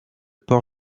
port